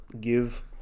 give